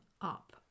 up